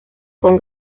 con